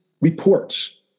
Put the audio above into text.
reports